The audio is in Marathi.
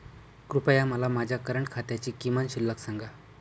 कृपया मला माझ्या करंट खात्याची किमान शिल्लक सांगा